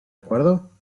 acuerdo